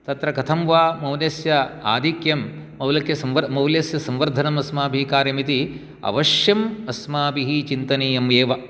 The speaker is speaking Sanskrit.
तत्र कथं वा मौल्यस्य आधिक्यं मौल्यस्य सम्वर्धनम् अस्माभिः कार्यम् इति अवश्यं अस्माभिः चिन्तनीयम् एव